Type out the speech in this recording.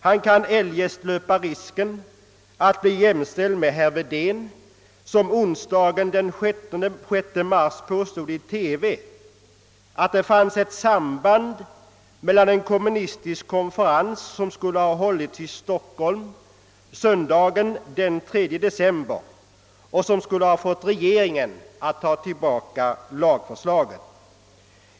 Han kan eljest löpa risken att bli jämställd med herr Wedén, som onsdagen den 6 mars i TV påstod att det fanns ett samband mellan en kommunistisk konferens som skulle ha hållits i Stockholm söndagen den 3 december och regeringens tillbakatagande av lagförslaget.